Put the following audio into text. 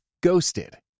Ghosted